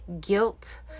guilt